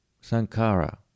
Sankara